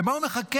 למה הוא מחכה?